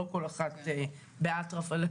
במקום לוח תפקוד שהגדיר לכל